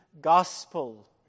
gospel